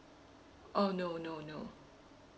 oh no no no